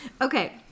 Okay